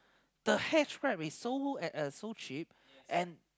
the hitch grab is so uh so cheap and